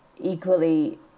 equally